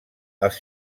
els